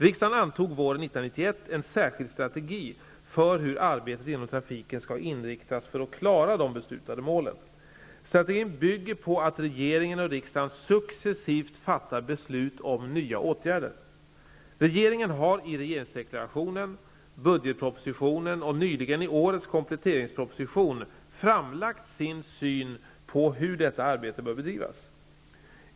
Riksdagen antog våren 1991 en särskild strategi för hur arbetet inom trafiken skall inriktas för att klara de beslutade målen. Strategin bygger på att regeringen och riksdagen successivt fattar beslut om nya åtgärder. Regeringen har i regeringsdeklarationen, budgetpropositionen och nyligen i årets kompletteringsproposition framlagt sin syn på hur detta arbete bör bedrivas.